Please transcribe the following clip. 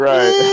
Right